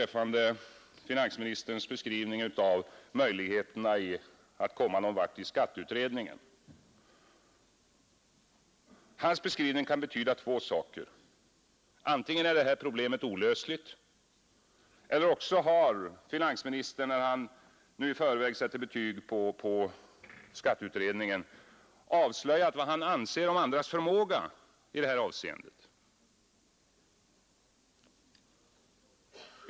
Finansministerns beskrivning av möjligheterna att komma någonvart i skatteutredningen kan betyda två saker. Antingen är detta problem olösligt eller också har finansministern, när han nu i förväg sätter betyg på skatteutredningen, avslöjat vad han anser om andras förmåga i detta avseende.